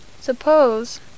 Suppose